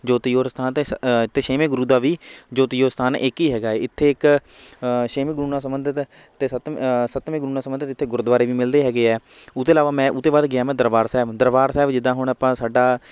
ਜੋਤੀ ਜੋਤ ਸਥਾਨ ਅਤੇ ਸੱ ਅਤੇ ਛੇਵੇਂ ਗੁਰੂ ਦਾ ਵੀ ਜੋਤੀ ਜੋਤ ਸਥਾਨ ਇਕ ਹੀ ਹੈਗਾ ਇੱਥੇ ਇੱਕ ਛੇਵੇਂ ਗੁਰੂ ਨਾਲ ਸੰਬੰਧਿਤ ਅਤੇ ਸੱਤ ਸੱਤਵੇਂ ਗੁਰੂ ਨਾਲ ਸੰਬੰਧਿਤ ਇੱਥੇ ਗੁਰਦੁਆਰੇ ਵੀ ਮਿਲਦੇ ਹੈਗੇ ਹੈ ਉੁਹ ਤੋਂ ਇਲਾਵਾ ਮੈਂ ਉੁਹ ਤੋਂ ਬਾਅਦ ਗਿਆ ਮੈਂ ਦਰਬਾਰ ਸਾਹਿਬ ਦਰਬਾਰ ਸਾਹਿਬ ਜਿੱਦਾਂ ਹੁਣ ਆਪਾਂ ਸਾਡਾ